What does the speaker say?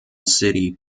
city